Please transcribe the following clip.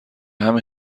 همین